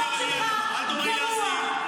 החוק שלך גרוע.